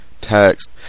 text